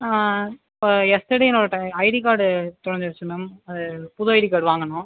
yesterday என்னோடய ID card தொலஞ்சிடுச்சு ma'am புது ஐடி கார்டு வாங்கணும்